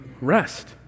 rest